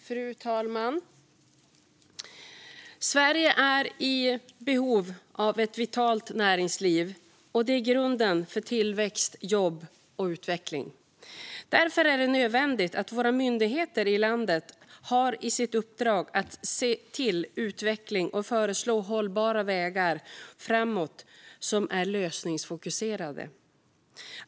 Fru talman! Sverige är i behov av ett vitalt näringsliv. Det är grunden för tillväxt, jobb och utveckling. Därför är det nödvändigt att det ingår i uppdraget för våra myndigheter i landet att se till utvecklingen och föreslå hållbara vägar framåt som är lösningsfokuserade.